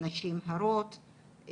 נשים הרות,